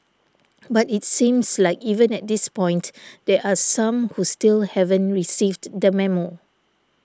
but it seems like even at this point there are some who still haven't received the memo